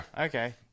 Okay